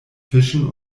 fischen